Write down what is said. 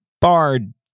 bard